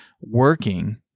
working